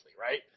right